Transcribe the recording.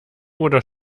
oder